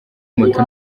moto